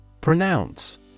Pronounce